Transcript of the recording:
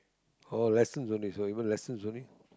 oh lessons only so you go learn lessons only